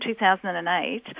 2008